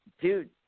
dude